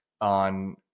on